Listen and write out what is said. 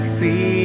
see